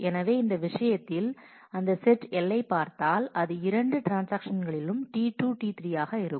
எனவே இந்த விஷயத்தில் அந்த செட் L ஐப் பார்த்தால் அது இந்த இரண்டு ட்ரான்ஸாக்ஷன்ஸ்களிலும் T2 T3 ஆக இருக்கும்